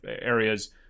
areas